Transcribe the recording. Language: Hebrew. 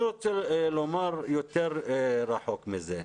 אני רוצה לומר יותר רחוק מזה.